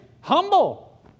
humble